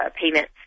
payments